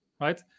right